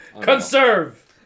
Conserve